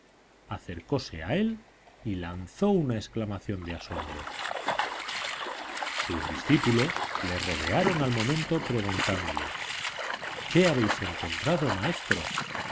capilla acercóse a él y lanzó una exclamación de asombro sus discípulos le rodearon al momento preguntándole qué habéis encontrado maestro